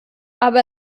aber